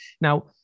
Now